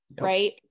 right